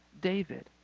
David